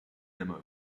nimmer